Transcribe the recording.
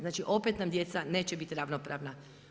Znači opet nam djeca neće bit ravnopravna.